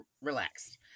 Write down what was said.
relaxed